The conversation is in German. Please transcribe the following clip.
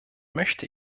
möchte